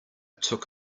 took